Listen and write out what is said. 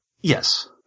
Yes